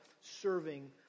serving